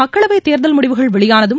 மக்களவைத் தேர்தல் முடிவுகள் வெளியானதும்